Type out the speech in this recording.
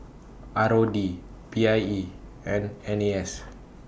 R O D P I E and N A S